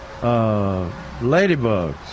ladybugs